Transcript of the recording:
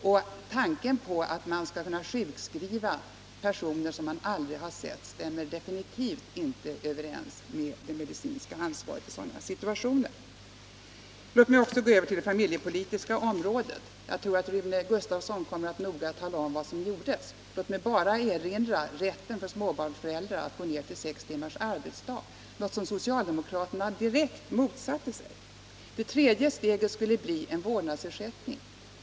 Och att man skall kunna sjukskriva personer som man aldrig har sett stämmer definitivt inte överens med det medicinska ansvaret i sådana situationer. Låt mig så gå över till det familjepolitiska området. Jag tror att Rune Gustavsson kommer att noga tala om vad som gjordes där. Låt mig bara erinra om rätten för småbarnsföräldrar att gå ned till sex timmars arbetsdag, någonting som socialdemokraterna direkt motsatte sig. Det tredje steget skulle bli en vårdnadsersättning.